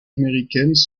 américaines